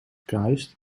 kruist